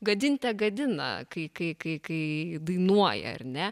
gadinte gadina kai kai kai dainuoja ar ne